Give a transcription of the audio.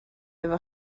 efo